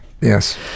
Yes